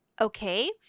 Okay